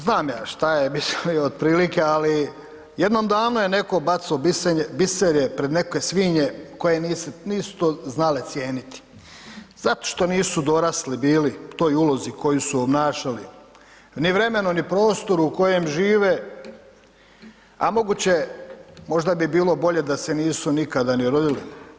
Znam ja šta je otprilike ali jednom davno je netko bacao biserje pred neke svinje koje nisu to znale cijeniti zato što nisu dorasli bili toj ulozi koju su obnašali, ni vremenu ni prostoru u kojem žive a moguće, možda bi bilo bolje da se nisu nikada ni rodili.